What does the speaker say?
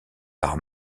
par